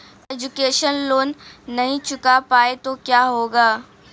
Education loan नहीं चुका पाए तो क्या होगा?